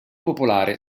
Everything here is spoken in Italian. popolare